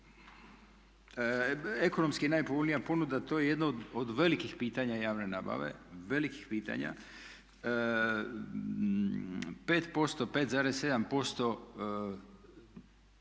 Ekonomski najpovoljnija ponuda to je jedno od velikih pitanja javne nabave, velikih pitanja. 5%, 5,7%